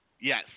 Yes